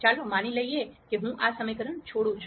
ચાલો માની લઈએ કે હું આ સમીકરણ છોડું છું